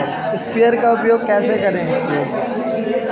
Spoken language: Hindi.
स्प्रेयर का उपयोग कैसे करें?